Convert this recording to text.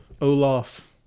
Olaf